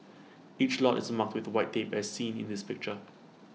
each lot is marked with white tape as seen in this picture